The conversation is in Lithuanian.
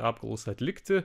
apklausą atlikti